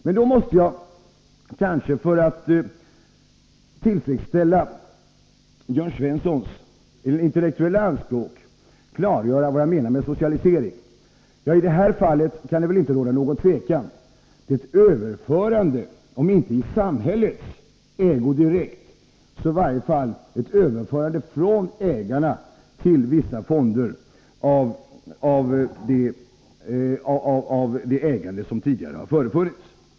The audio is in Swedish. Men jag måste kanske, för att tillfredsställa Jörn Svenssons intellektuella anspråk, klargöra vad jag menar med socialisering. I det här fallet kan det väl inte råda någon tvekan. Det är ett överförande, om inte direkt i samhällets ägo, så i varje fall ett överförande till vissa fonder av det ägande som tidigare har funnits.